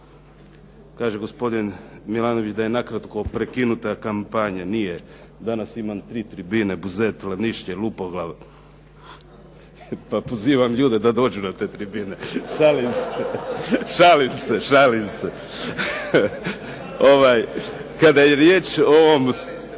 Kaže gospodin Milanović da je nakratko prekinuta kampanja. Nije. Danas imam tri tribine. Buzet, … /Govornik se ne razumije./ …, Lupoglav. Pa pozivam ljude da dođu na te tribine. Šalim se. Kada je riječ o tom